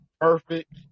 perfect